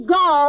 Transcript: go